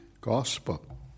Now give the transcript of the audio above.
gospel